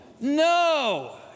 No